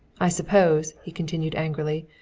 i suppose, he continued angrily,